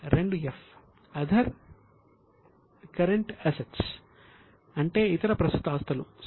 ఇక '2 చూపుతారు